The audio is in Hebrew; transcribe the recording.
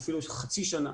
חצי שנה,